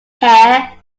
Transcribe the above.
hair